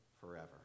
forever